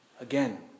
Again